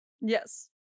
Yes